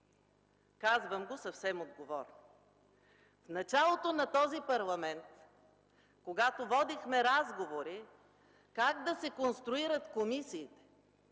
Казвам го съвсем отговорно. В началото, когато водихме разговори как да се конструират комисиите,